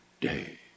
day